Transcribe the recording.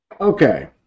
Okay